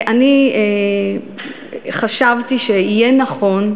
ואני חשבתי שיהיה נכון,